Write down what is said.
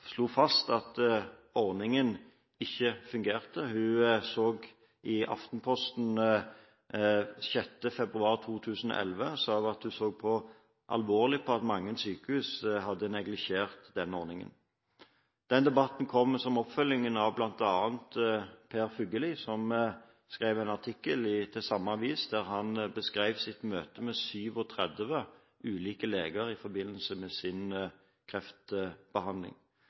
alvorlig på at mange sykehus hadde neglisjert denne ordningen. Den debatten kom som oppfølging av den artikkelen Per Fugelli skrev i samme avis. Han beskrev sitt møte med 37 forskjellige leger i forbindelse med sin kreftbehandling.